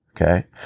Okay